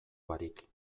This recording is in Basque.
barik